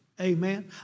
Amen